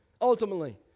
Ultimately